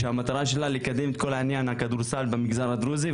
שהמטרה שלה היא לקדם את כל עניין הכדורסל במגזר הדרוזי,